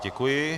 Děkuji.